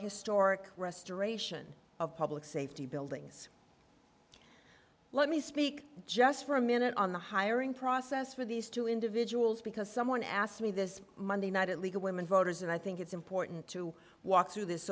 historic restoration of public safety buildings let me speak just for a minute on the hiring process for these two individuals because someone asked me this monday night league of women voters and i think it's important to walk through this